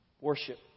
worship